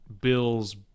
Bill's